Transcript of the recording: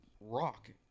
rock